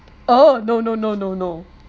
oh no no no no no